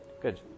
good